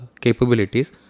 capabilities